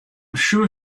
sure